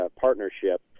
partnership